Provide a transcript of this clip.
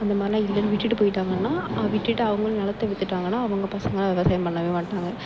அந்த மாதிரிலாம் இல்லைன்னு விட்டுவிட்டு போய்ட்டாங்கன்னா விட்டுவிட்டு அவங்களும் நிலத்த விற்றுட்டாங்கன்னா அவங்க பசங்களாம் விவசாயம் பண்ணவே மாட்டாங்க